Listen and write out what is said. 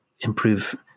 improve